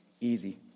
easy